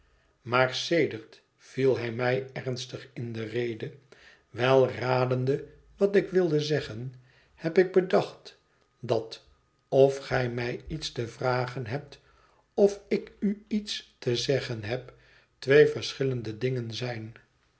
maar sedert viel hij mij ernstig in de rede wel radende wat ik wilde zeggen heb ik bedacht dat of gij mij iets te vragen hebt en of ik u iets te zeggen heb twee verschillende dingen zijn